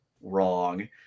wrong